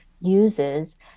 uses